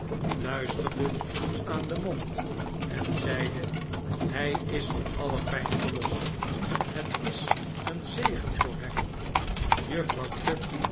luisterde aan den mond en zeide hij is van alle pijn verlost het is een zegen voor hem juffrouw